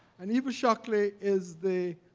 and evie shockley is the